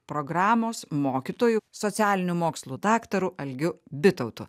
programos mokytoju socialinių mokslų daktaru algiu bitautu